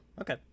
Okay